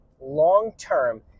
long-term